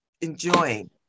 enjoying